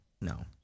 no